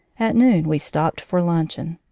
at noon we stopped for luncheon.